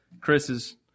Chris's